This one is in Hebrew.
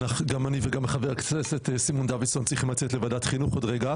גם אני וגם חבר הכנסת סימון דוידסון צריכים לצאת לוועדת חינוך בעוד רגע,